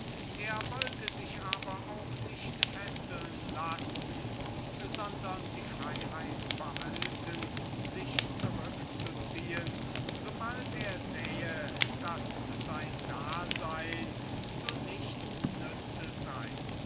er wollte sich aber auch nicht fesseln lassen und die freiheit behalten sich zurückzuziehen so bald er sähe daß sein dasein zu nichts nütze sei